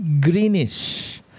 greenish